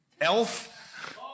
elf